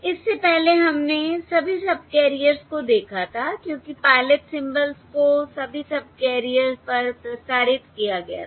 इससे पहले हमने सभी सबकैरियर्स को देखा था क्योंकि पायलट सिंबल्स को सभी सबकैरियर्स पर प्रसारित किया गया था